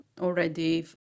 already